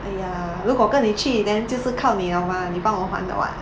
!aiya! 如果跟你去 then 就是靠你 liao mah 你帮我还的 [what]